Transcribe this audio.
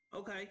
Okay